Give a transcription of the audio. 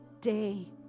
day